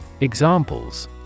Examples